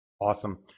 Awesome